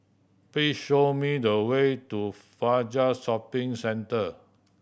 please show me the way to Fajar Shopping Centre